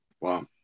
wow